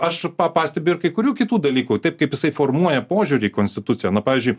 aš pa pastebiu ir kai kurių kitų dalykų taip kaip jisai formuoja požiūrį į konstituciją pavyzdžiui